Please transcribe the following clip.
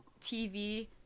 TV